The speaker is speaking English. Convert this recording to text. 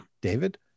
David